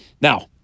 Now